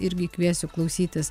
irgi kviesiu klausytis